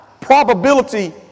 probability